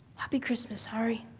happy christmas harry,